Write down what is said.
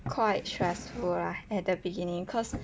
quite stressful lah at the beginning cause